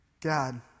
God